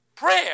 Prayer